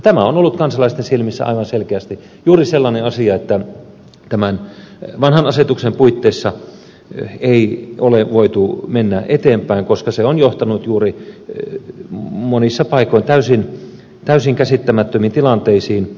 tämä on ollut kansalaisten silmissä aivan selkeästi sellainen asia että tämän vanhan asetuksen puitteissa ei ole voitu mennä eteenpäin koska se on johtanut monissa paikoin täysin käsittämättömiin tilanteisiin